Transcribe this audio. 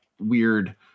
weird